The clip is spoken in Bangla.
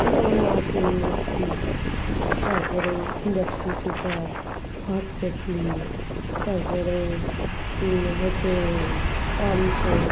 যেমন ওয়াশিং মেশিন তার পরে ইন্ডাকশান কুকার হট কেটলি তার পরে হচ্ছে পাম্প সেট